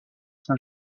saint